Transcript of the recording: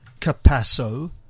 Capasso